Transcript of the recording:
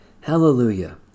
Hallelujah